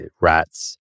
rats